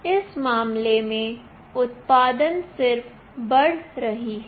इस मामले में उत्पादन सिर्फ बढ़ रही है